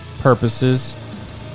purposes